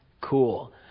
cool